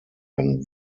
ein